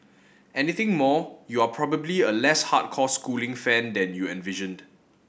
anything more you are probably a less hardcore schooling fan than you envisioned